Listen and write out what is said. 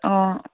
অঁ